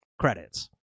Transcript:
Credits